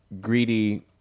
greedy